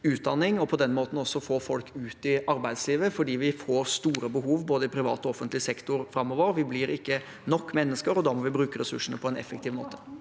og på den måten også får folk ut i arbeidslivet, for vi får store behov i både privat og offentlig sektor framover. Vi blir ikke nok mennesker, og da må vi bruke ressursene på en effektiv måte.